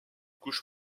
couche